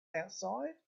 outside